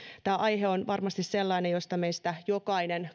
tämä aihe on varmasti sellainen josta meistä istuvista kansanedustajista jokainen